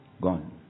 Gone